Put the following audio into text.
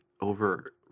Over